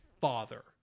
father